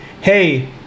hey